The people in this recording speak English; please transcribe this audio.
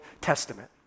Testament